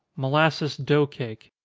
molasses dough cake.